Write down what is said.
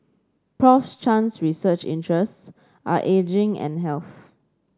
Prof Chan's research interests are ageing and health